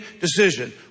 decision